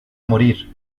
morir